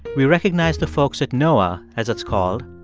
we recognize the folks at noaa, as it's called,